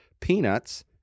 peanuts